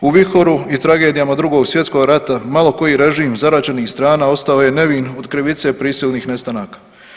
U vihoru i tragedijama Drugog svjetskog rata malo koji režim zaraćenih strana ostao je nevin od krivice prisilnih nestanaka.